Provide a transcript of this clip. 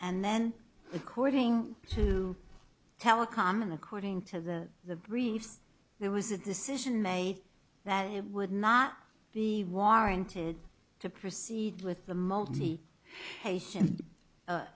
and then according to telecom and according to the the briefs there was a decision made that it would not be warranted to proceed with the multi